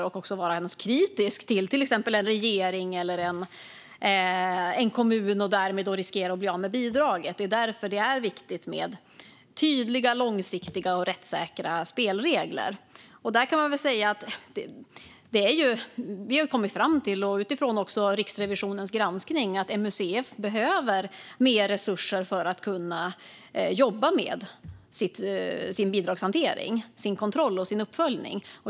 De ska kunna vara kritiska mot till exempel en regering eller en kommun utan att riskera att bli av med bidrag. Det är därför det är viktigt med tydliga, långsiktiga och rättssäkra spelregler. Utifrån Riksrevisionens granskning har vi kommit fram till att MUCF behöver mer resurser för att kunna jobba med sin bidragshantering, kontroll och uppföljning.